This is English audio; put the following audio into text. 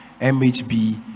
MHB